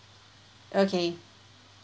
okay